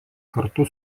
kartu